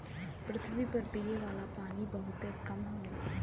पृथवी पर पिए वाला पानी बहुत कम हउवे